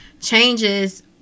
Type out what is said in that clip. changes